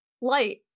Light